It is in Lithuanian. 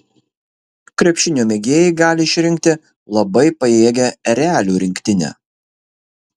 krepšinio mėgėjai gali išrinkti labai pajėgią erelių rinktinę